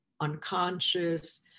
unconscious